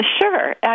Sure